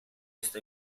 esta